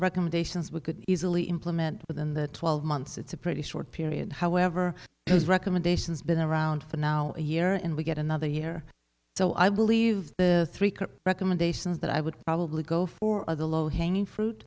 recommendations we could easily implement within the twelve months it's a pretty short period however those recommendations been around for now a year and we get another year or so i believe the three recommendations that i would probably go for the low hanging fruit